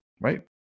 right